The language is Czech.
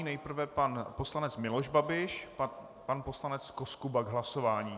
Nejprve pan poslanec Miloš Babiš a pan poslanec Koskuba k hlasování.